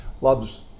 loves